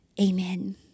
amen